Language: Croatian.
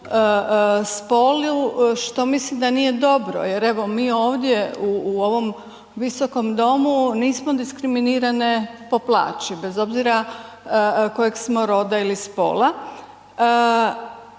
spolu što mislim da nije dobro jer evo, mi ovdje u ovom Visokom domu nismo diskriminirane po plaći bez obzira kojeg smo roda ili spola.